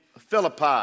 Philippi